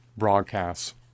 Broadcasts